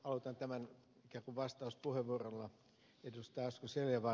aloitan tämän ikään kuin vastauspuheenvuorolla ed